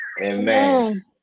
amen